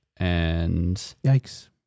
Yikes